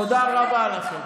בוא ניקח את החינוך המיוחד,